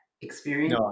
experience